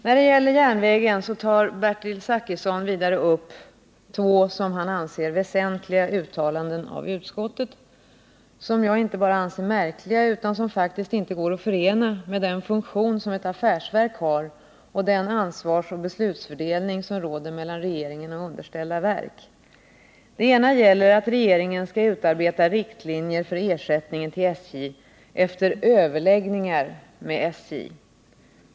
När det gäller järnvägen tar Bertil Zachrisson vidare upp två enligt hans mening väsentliga uttalanden av utskottet, som jag inte bara anser märkliga utan som faktiskt inte går att förena med den funktion som ett affärsdrivande verk har och den ansvarsoch beslutsfördelning som råder mellan regeringen och underställda verk. Det ena gäller att regeringen skall utarbeta riktlinjer för ersättningen till SJ efter överläggningar med SJ.